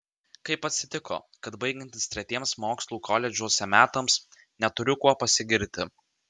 kaip atsitiko kad baigiantis tretiems mokslų koledžuose metams neturiu kuo pasigirti